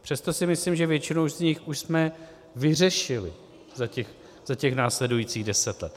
Přesto si myslím, že většinu z nich už jsme vyřešili za těch následujících deset let.